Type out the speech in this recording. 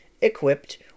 equipped